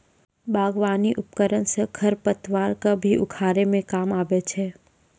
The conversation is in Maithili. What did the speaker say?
बागबानी उपकरन सँ खरपतवार क भी उखारै म काम आबै छै